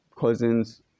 cousins